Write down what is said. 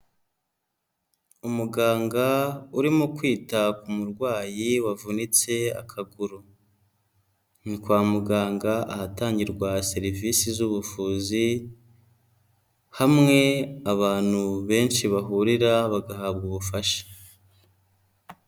Umuganga urimo kwita ku murwayi wavunitse akaguru. Ni kwa muganga ahatangirwa serivisi z'ubuvuzi, hamwe abantu benshi bahurira bagahabwa ubufasha.